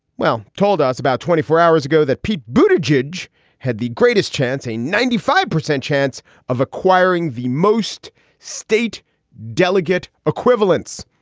well, told us about twenty four hours ago that pete bhuta jej had the greatest chance a ninety five percent chance of acquiring the most state delegate equivalents.